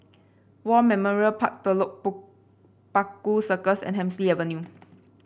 War Memorial Park Telok Paku Circus and Hemsley Avenue